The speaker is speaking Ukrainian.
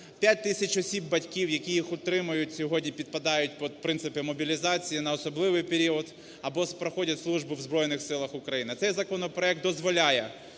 5 тисяч осіб батьків, які їх утримують, сьогодні підпадають під принципи мобілізації на особливий період або проходять службу у Збройних Силах України. Цей законопроект дозволяє